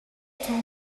цөөн